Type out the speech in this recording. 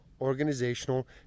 organizational